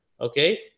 Okay